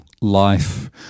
life